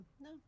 no